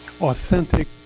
authentic